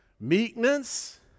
meekness